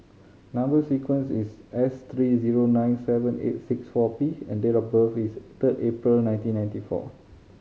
number sequence is S three zero nine seven eight six four P and date of birth is third April nineteen ninety four